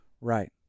Right